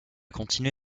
continué